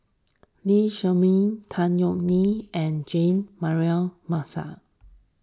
Lee Shermay Tan Yeok Nee and Jean Mary Marshall